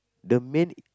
the main